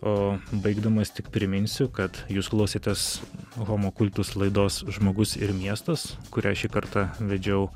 o baigdamas tik priminsiu kad jūs klausėtės homo kultus laidos žmogus ir miestas kurią šį kartą vedžiau